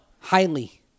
Highly